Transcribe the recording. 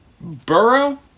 Burrow